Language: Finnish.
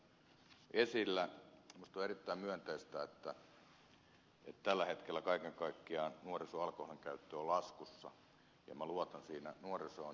minusta on erittäin myönteistä että tällä hetkellä kaiken kaikkiaan nuorison alkoholin käyttö on laskussa ja minä luotan siinä nuorisoon